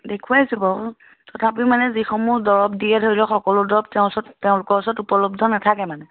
দেখুৱাইছোঁ বাৰু তথাপিও মানে যিসমূহ দৰব দিয়ে ধৰি লওক সকলো দৰব তেওঁৰ ওচৰত তেওঁলোকৰ ওচৰত উপলব্ধ নাথাকে মানে